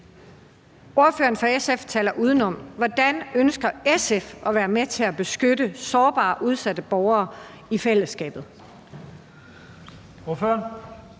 Ordføreren for SF taler udenom. Hvordan ønsker SF at være med til at beskytte sårbare og udsatte borgere i fællesskabet?